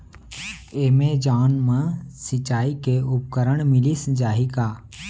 Amazon मा सिंचाई के उपकरण मिलिस जाही का?